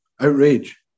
outrage